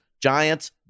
Giants